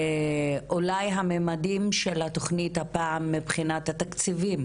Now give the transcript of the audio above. אולי המימדים של התוכנית הפעם מבחינת התקציבים